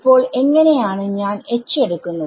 ഇപ്പോൾ എങ്ങനെ ആണ് ഞാൻ എടുക്കുന്നത്